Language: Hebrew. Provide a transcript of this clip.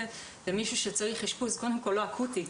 למישהו שצריך אשפוז שהוא קודם כל לא אקוטי,